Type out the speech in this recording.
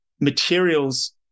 materials